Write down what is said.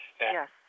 Yes